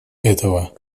этого